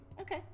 Okay